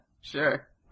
Sure